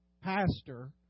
pastor